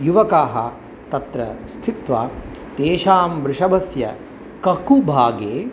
युवकाः तत्र स्थित्वा तेषां वृषभस्य ककुभागे